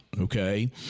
okay